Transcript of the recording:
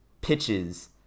pitches